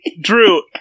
Drew